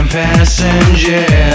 passenger